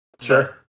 Sure